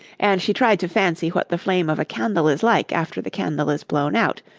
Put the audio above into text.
and she tried to fancy what the flame of a candle is like after the candle is blown out,